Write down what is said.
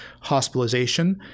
hospitalization